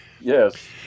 Yes